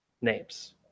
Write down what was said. names